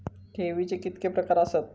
ठेवीचे कितके प्रकार आसत?